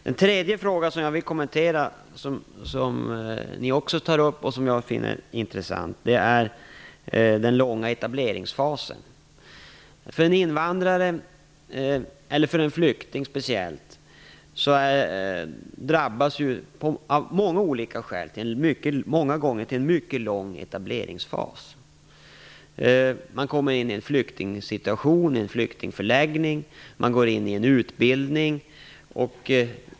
Den tredje frågan som ni tog upp och som också jag finner intressant gäller den långa etableringsfasen. En invandrare och speciellt en flykting får många gånger gå igenom en mycket lång etableringsfas. Man går först igenom en flyktingförläggning och sedan en utbildning.